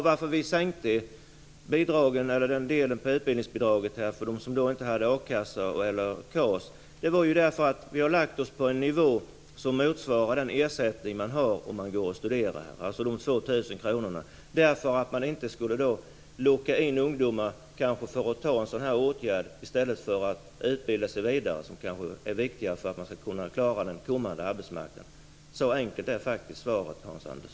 Vi sänkte den delen av utbildningsbidragen för dem som inte har a-kassa eller KAS därför att vi ville lägga oss på en nivå som motsvarar den ersättning man har om man studerar, dvs. 2 000 kr. Det gjorde vi för att inte locka in ungdomar i en sådan här åtgärd i stället för att utbilda sig vidare. Det är kanske viktigare för att man skall kunna klara sig på arbetsmarknaden i framtiden. Så enkelt är faktiskt svaret, Hans